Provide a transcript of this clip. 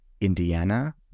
Indiana